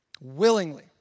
willingly